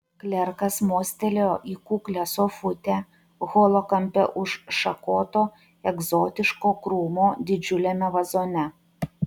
klerkas mostelėjo į kuklią sofutę holo kampe už šakoto egzotiško krūmo didžiuliame vazone